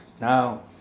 Now